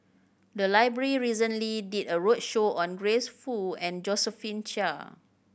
the library recently did a roadshow on Grace Fu and Josephine Chia